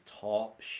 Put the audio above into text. top